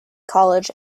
college